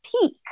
peak